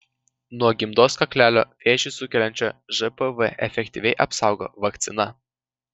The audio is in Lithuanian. nuo gimdos kaklelio vėžį sukeliančio žpv efektyviai apsaugo vakcina